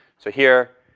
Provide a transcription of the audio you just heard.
so here,